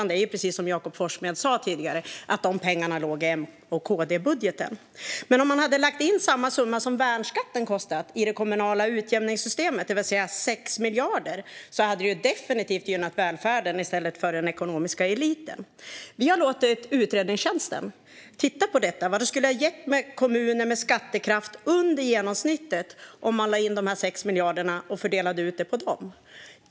Det är precis som Jakob Forssmed sa tidigare; de pengarna låg i M-KD-budgeten. Om man hade lagt in den summa som motsvarar värnskatten i det kommunala utjämningssystemet, det vill säga 6 miljarder, hade det definitivt gynnat välfärden i stället för den ekonomiska eliten. Vi har låtit utredningstjänsten titta på vad det skulle ha gett kommuner med skattekraft under genomsnittet om man lade in och fördelade ut de 6 miljarderna på de kommunerna.